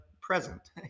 present